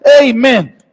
amen